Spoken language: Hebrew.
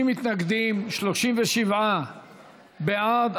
50 מתנגדים, 37 בעד.